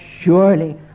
surely